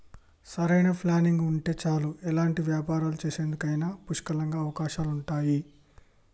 సరైన ప్లానింగ్ ఉంటే చాలు ఎలాంటి వ్యాపారాలు చేసేందుకైనా పుష్కలంగా అవకాశాలుంటయ్యి